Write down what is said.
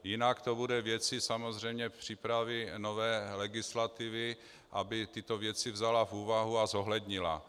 Jinak to bude věcí samozřejmě přípravy nové legislativy, aby tyto věci vzala v úvahu a zohlednila.